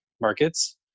markets